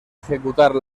ejecutar